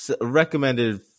recommended